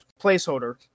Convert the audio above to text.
placeholder